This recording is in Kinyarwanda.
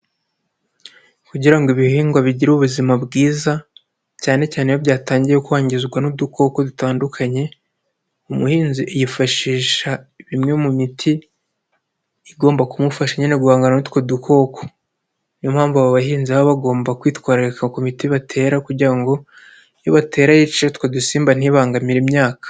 Kugira ngo ibihingwa bigire ubuzima bwiza cyane cyane iyo byatangiye kwangizwa n'udukoko dutandukanye, umuhinzi yifashi imwe mu miti igomba kumufasha nyine guhangana n'utwo dukoko, ni yo mpamvu abo bahinzi baba bagomba kwitwararika ku miti batera kugira ngo imiti batera yice utwo dusimba ntibangamire imyaka.